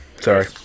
Sorry